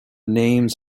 names